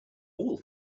all